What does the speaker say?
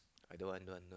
I don't want don't want